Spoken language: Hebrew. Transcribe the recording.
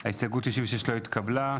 0 הסתייגות 96 לא התקבלה.